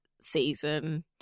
season